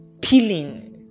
peeling